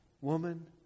woman